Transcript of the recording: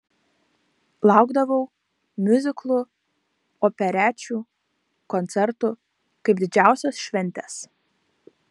laukdavau miuziklų operečių koncertų kaip didžiausios šventės